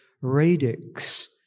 radix